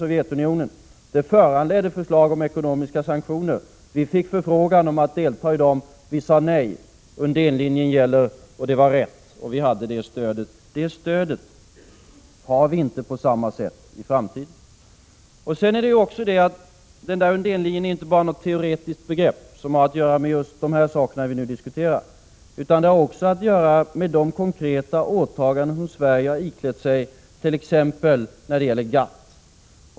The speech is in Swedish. Sovjetunionen. Händelsen föranledde förslag om ekonomiska sanktioner. Vi fick förfrågan om deltagande, men vi sade nej. Undeénlinjen gällde. Det var riktigt. Vi hade detta stöd. Det stödet har vi inte på samma sätt i framtiden. Undénlinjen är inte heller något teoretiskt begrepp som bara har att göra med just de saker som vi nu diskuterar, utan den har också att göra med de konkreta åtaganden som Sverige har iklätt sig när det t.ex. gäller GATT.